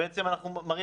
(מוקרן שקף,